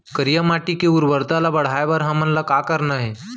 करिया माटी के उर्वरता ला बढ़ाए बर हमन ला का करना हे?